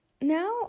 now